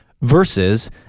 Versus